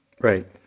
right